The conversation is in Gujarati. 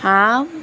હા